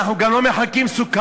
אנחנו גם לא מחלקים סוכריות